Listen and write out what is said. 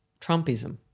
Trumpism